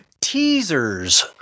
teasers